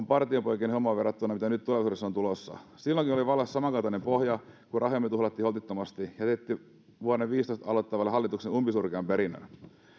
partiopoikien hommaa verrattuna siihen mitä nyt tulevaisuudessa on tulossa silloinkin oli vallassa samankaltainen pohja kun rahojamme tuhlattiin holtittomasti jätettiin vuonna viisitoista aloittaneelle hallitukselle umpisurkea perintö